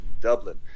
Dublin